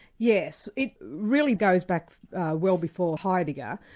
yes, it really goes back well before heidegger,